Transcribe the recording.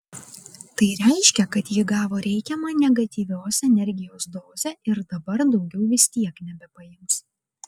tai reiškia kad ji gavo reikiamą negatyvios energijos dozę ir dabar daugiau vis tiek nebepaims